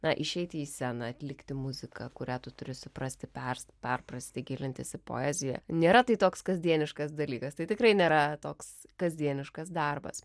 na išeiti į sceną atlikti muziką kurią tu turi suprasti pers perprasti gilintis į poeziją nėra tai toks kasdieniškas dalykas tai tikrai nėra toks kasdieniškas darbas